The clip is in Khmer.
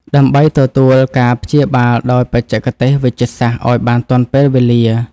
ដើម្បីទទួលការព្យាបាលដោយបច្ចេកទេសវេជ្ជសាស្ត្រឱ្យបានទាន់ពេលវេលា។